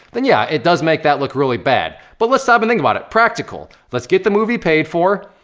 then yeah, it does make that look really bad. but let's stop and think about it. practical let's get the movie paid for,